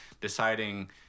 deciding